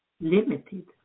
limited